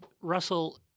Russell